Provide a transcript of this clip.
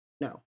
No